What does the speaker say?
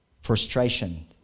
frustration